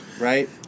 right